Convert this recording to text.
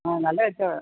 ആ നല്ല കച്ചവടാണ്